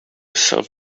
self